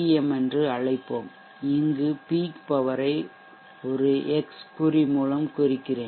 M என்று அழைப்போம் இங்கு பீக் பவர் ஐ ஒரு எக்ஸ் குறி மூலம் குறிக்கிறேன்